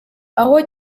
aho